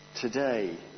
today